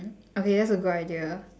okay that's a good idea